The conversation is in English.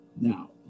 Now